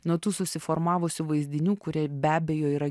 nuo tų susiformavusių vaizdinių kurie be abejo yra